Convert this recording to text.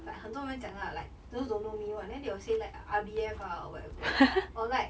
like 很多人讲啊 like those don't know me [one] then they will say like R_B_F ah or whatever or like